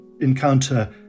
encounter